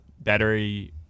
battery